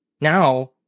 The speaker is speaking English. now